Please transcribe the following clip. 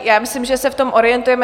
Já myslím, že se v tom orientujeme.